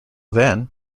then